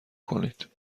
کنید